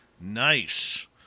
Nice